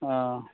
ہاں